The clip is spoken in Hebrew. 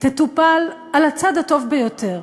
תטופל על הצד הטוב ביותר,